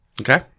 Okay